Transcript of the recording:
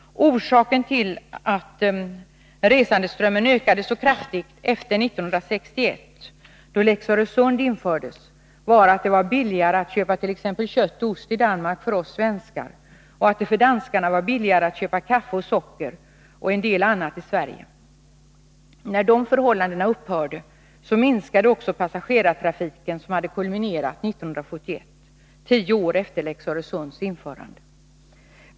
Orsaken till att resandeströmmen ökade så kraftigt efter 1961, då lex Öresund infördes, var att det var billigare för oss svenskar att köpa kött och ost i Danmark och att det för danskarna var billigare att köpa kaffe och socker och en del annat i Sverige. När de förhållandena ändrades minskade också passagerartrafiken, som hade kulminerat 1971, tio år efter lex Öresunds införande.